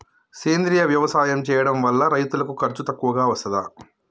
సేంద్రీయ వ్యవసాయం చేయడం వల్ల రైతులకు ఖర్చు తక్కువగా వస్తదా?